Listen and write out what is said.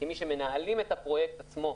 כמי שמנהלים את הפרויקט עצמו,